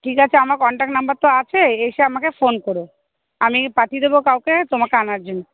ঠিক আছে আমার কন্ট্যাক্ট নম্বর তো আছে এসে আমাকে ফোন করো আমি পাঠিয়ে দেবো কাউকে তোমাকে আনার জন্যে